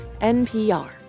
NPR